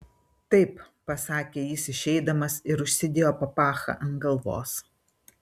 taip pasakė jis išeidamas ir užsidėjo papachą ant galvos